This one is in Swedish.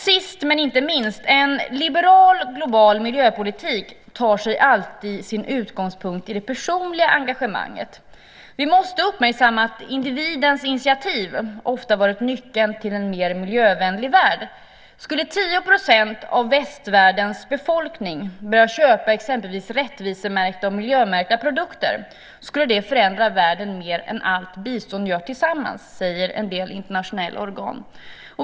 Sist men inte minst: En liberal, global miljöpolitik tar alltid sin utgångspunkt i det personliga engagemanget. Vi måste uppmärksamma att individens initiativ ofta varit nyckeln till en mer miljövänlig värld. Skulle 10 % av västvärldens befolkning börja köpa exempelvis rättvisemärkta och miljömärkta produkter skulle det förändra världen mer än allt bistånd gör tillsammans, säger en del internationella organ.